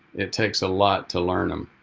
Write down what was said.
it takes a lot to learn them.